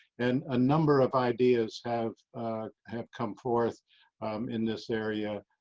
and a number of ideas have have come forth in this area,